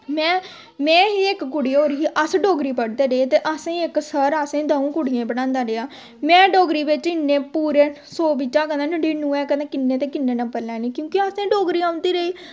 में में ही इक्क कुड़ी होर ही अस डोगरी पढ़दे रेह् ते असें इक सर द'ऊं कुड़ियें पढ़ांदा रेहा में डोगरी बिच्च इन्ने पूरे सौ बिच्चा कदें नड़िनूएं ते कदें किन्ने ते किन्ने नंबर लैने क्योंकि असें गी डोगरी औंदी रेही